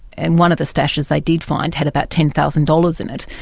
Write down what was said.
and one of the stashes they did find had about ten thousand dollars in it,